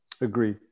Agree